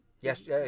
yes